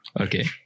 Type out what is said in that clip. Okay